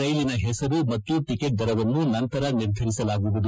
ರೈಲಿನ ಹೆಸರು ಮತ್ತು ಟಕೆಟ್ ದರವನ್ನು ನಂತರ ನಿರ್ಧರಿಸಲಾಗುವುದು